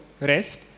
rest